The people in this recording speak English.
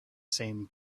same